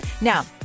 Now